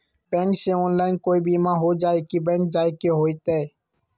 Bank से online कोई बिमा हो जाई कि बैंक जाए के होई त?